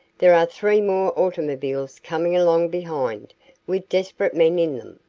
there are three more automobiles coming along behind with desperate men in them.